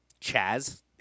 Chaz